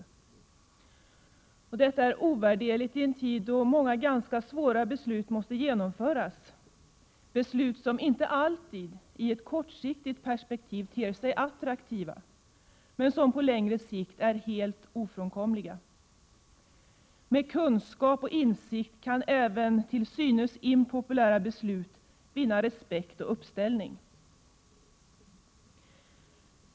29 Detta är ovärderligt i en tid då många ganska svåra beslut måste fattas och genomföras, beslut som inte alltid, i ett kortsiktigt perspektiv, ter sig attraktiva, men som på längre sikt är helt ofrånkomliga. Med kunskap och insikt kan även till synes impopulära beslut vinna respekt och anslutning.